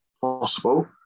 possible